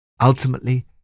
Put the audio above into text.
Ultimately